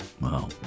wow